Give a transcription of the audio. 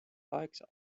kaheksa